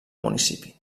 municipi